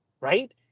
Right